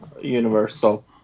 universal